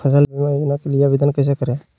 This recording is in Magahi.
फसल बीमा योजना के लिए आवेदन कैसे करें?